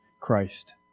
Christ